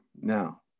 now